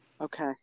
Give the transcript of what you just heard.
Okay